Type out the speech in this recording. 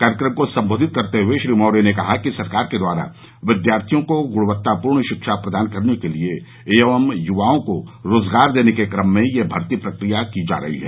कार्यक्रम को संबोधित करते हए श्री मौर्य ने कहा कि सरकार के द्वारा विद्यार्थियों को गृणवत्तापूर्ण शिक्षा प्रदान करने के लिये एवं युवाओं को रोजगार देने के क्रम में यह भर्ती प्रक्रिया की जा रही है